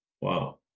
wow